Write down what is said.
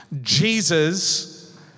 Jesus